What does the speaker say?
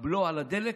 הבלו על הדלק.